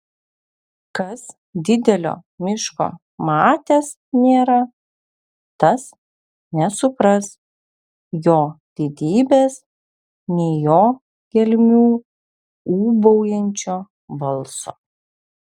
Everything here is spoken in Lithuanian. kas didelio miško matęs nėra tas nesupras jo didybės nei jo gelmių ūbaujančio balso